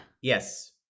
Yes